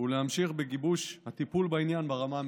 ולהמשיך בגיבוש הטיפול בעניין ברמה הממשלתית.